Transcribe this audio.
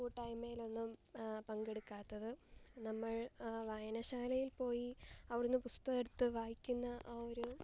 കൂട്ടായ്മയിലൊന്നും പങ്കെടുക്കാത്തത് നമ്മൾ വായനശാലയിൽ പോയി അവിടെ നിന്ന് പുസ്തകമെടുത്ത് വായിക്കുന്ന ആ ഒരു